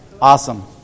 awesome